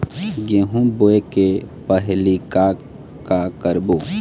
गेहूं बोए के पहेली का का करबो?